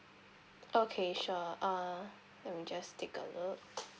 okay sure uh let me just take a look